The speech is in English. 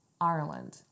Ireland